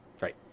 Right